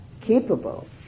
capable